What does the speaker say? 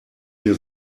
mir